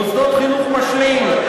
מוסדות חינוך משלים,